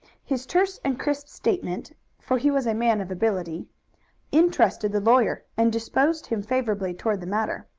his terse and crisp statement for he was a man of ability interested the lawyer, and disposed him favorably toward the matter.